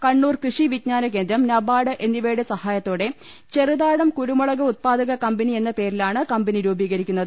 കണ്ണൂർ കൃഷി വിജ്ഞാന ക്യേന്ദ്രം നബാർഡ് എന്നിവയുടെ സഹായത്തോടെ ചെറുതാഴം കുരുമുളക് ഉത്പാ ദക കമ്പനി എന്ന പേരിലാണ് കമ്പനി രൂപീകരിക്കുന്നത്